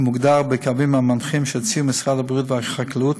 כמוגדר בקווים המנחים שהוציאו משרד הבריאות והחקלאות,